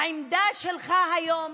העמדה שלך היום